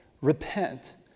Repent